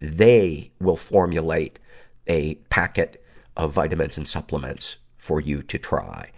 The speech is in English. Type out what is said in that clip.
they will formulate a packets of vitamins and supplements for you to try.